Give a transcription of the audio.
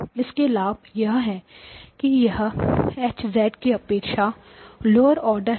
इसके लाभ यह है कि यह H की अपेक्षा लोअर ऑर्डर है